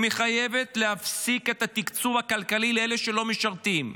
היא מחייבת להפסיק את התקצוב הכלכלי לאלה שלא משרתים.